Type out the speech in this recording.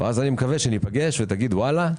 אני מקווה שניפגש ותגיד: וואלה.